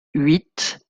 huit